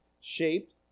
shaped